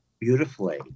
beautifully